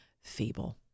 feeble